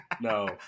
no